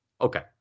Okay